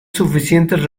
suficientes